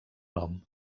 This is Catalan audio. nom